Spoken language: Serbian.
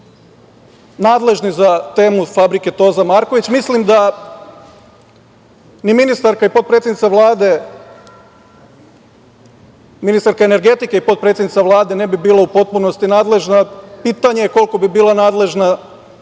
nadležni za temu fabrike "Toza Marković", mislim da ni ministarka ni potpredsednica Vlade, ministarka energetike, i potpredsednica Vlade, ne bi bila u potpunosti nadležna i pitanje je koliko bi bila nadležna